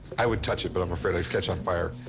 i would touch it, but i'm afraid i'd catch on fire.